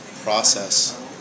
process